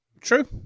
True